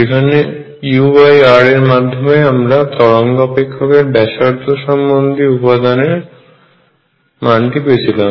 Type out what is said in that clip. যেখানে ur এর মাধ্যমে আমরা তরঙ্গ অপেক্ষকের ব্যাসার্ধ সম্বন্ধীয় উপাদানের মানটি পেয়েছিলাম